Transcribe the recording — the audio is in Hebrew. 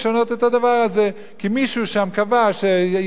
כי מישהו שם קבע שילד כזה לא מקבל את זה.